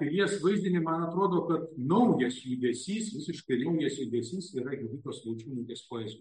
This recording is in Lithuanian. pilies vaizdinį man atrodo kad naujas judesys visiškai naujas judesys yra juditos vaičiūnaitės poezija